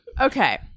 okay